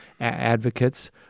advocates